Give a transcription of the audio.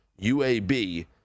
UAB